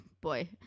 boy